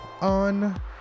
on